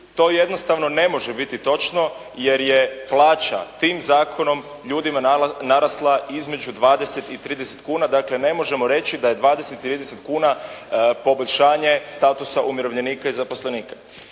To jednostavno ne može biti točno jer je plaća tim zakonom ljudima narasla između 20 i 30 kuna, dakle ne možemo reći da je 20 i 30 kuna poboljšanje statusa umirovljenika i zaposlenika.